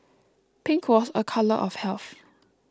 pink was a colour of health